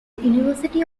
university